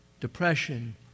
depression